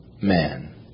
man